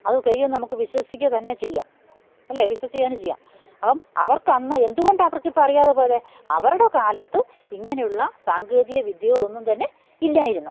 അത് കഴിയുമെന്ന് നമുക്ക് വിശ്വാസിക്കുക തന്നെ ചെയ്യാം അല്ലേ വിശ്വസിക്കുക തന്നെ ചെയ്യാം അപ്പോള് അവർക്കന്ന് എന്തുകൊണ്ടവർക്കിപ്പോള് അറിയാതെ പോയത് അവരുടെ കാലത്ത് ഇങ്ങനെയുള്ള സാങ്കേതികവിദ്യകളൊന്നുംതന്നെ ഇല്ലായിരുന്നു